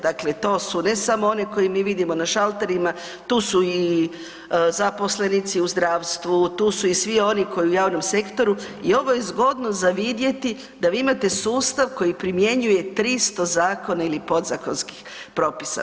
Dakle to su, ne samo one koji mi vidimo na šalterima, tu su i zaposlenici u zdravstvu, tu si i svi oni koji u javnom sektoru i ovo je zgodno za vidjeti da vi imate sustav koji primjenjuje 300 zakona ili podzakonskih propisa.